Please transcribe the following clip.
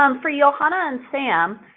um for yeah johanna and sam,